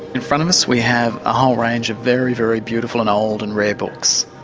in front of us we have a whole range of very, very beautiful and old and rare books.